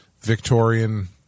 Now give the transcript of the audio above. Victorian